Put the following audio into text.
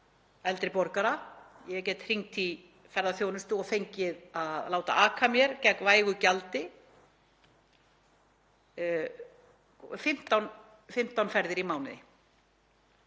eldri borgara. Ég get hringt í ferðaþjónustu og fengið að láta aka mér gegn vægu gjaldi 15 ferðir í mánuði.